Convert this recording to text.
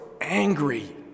angry